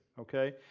okay